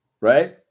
right